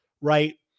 right